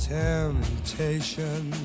temptation